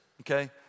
okay